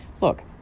look